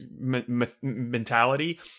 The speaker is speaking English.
mentality